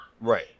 Right